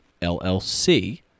LLC